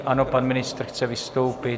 Ano, pan ministr chce vystoupit.